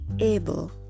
able